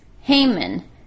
Haman